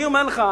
אני אומר לך,